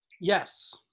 yes